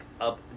up